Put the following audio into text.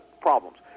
problems